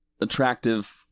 attractive